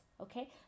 okay